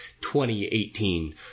2018